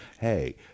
hey